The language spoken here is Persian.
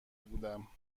بودم